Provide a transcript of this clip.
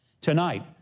Tonight